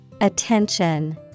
Attention